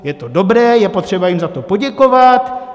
Je to dobré, je potřeba jim za to poděkovat.